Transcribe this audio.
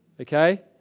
Okay